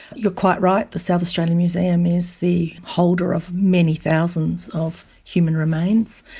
you're quite right, the south australian museum is the holder of many thousands of human remains,